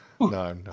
No